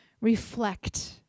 reflect